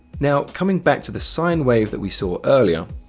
now, coming back to the sine wave that we saw earlier,